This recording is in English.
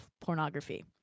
pornography